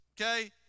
okay